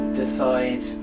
decide